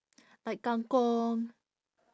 like kang-kong